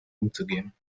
umzugehen